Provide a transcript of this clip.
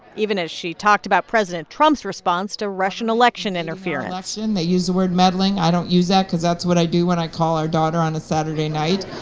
even as she talked about president trump's response to russian election interference and they use the word meddling. i don't use that cause that's what i do when i call our daughter on a saturday night.